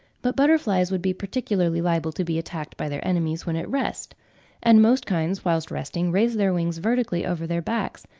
but butterflies would be particularly liable to be attacked by their enemies when at rest and most kinds whilst resting raise their wings vertically over their backs,